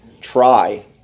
Try